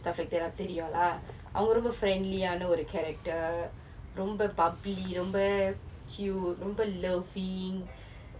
stuff like that அப்போ தெரியும்:appo theriyum lah அவங்க ரொம்ப:avnga romba friendly ஆன:aana character ரொம்ப:romba bubbly ரொம்ப:romba cute ரொம்ப:romba loving